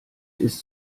ist